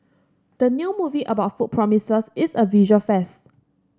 the new movie about food promises is a visual feast